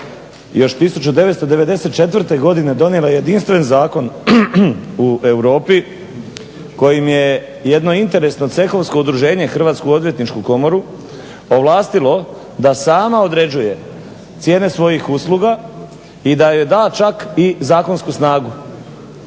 još 1994. godine donijela jedinstven zakon u Europi kojim je jedno interesno cehovsko udruženje Hrvatsku odvjetničku komoru ovlastilo da sama određuje cijene svojih usluga i da joj da čak i zakonsku snagu.